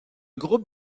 groupe